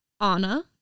Anna